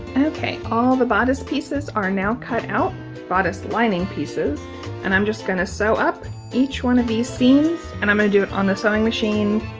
okay all the bodice pieces are now cut out bodice lining pieces and i'm just going to sew up each one of these seams and i'm going to do it on the sewing machine